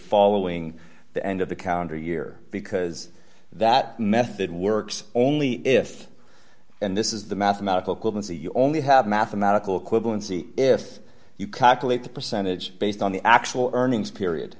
following the end of the counter year because that method works only if and this is the mathematical couldn't say you only have a mathematical quibble and see if you calculate the percentage based on the actual earnings period